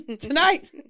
tonight